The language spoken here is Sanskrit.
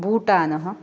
भूटानः